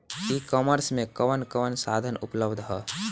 E commerce में कवन कवन साधन उपलब्ध ह?